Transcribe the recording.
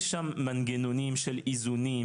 יש שם מנגנונים של איזונים,